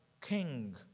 king